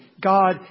God